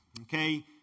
Okay